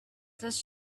does